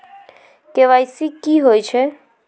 KYC की होय छै?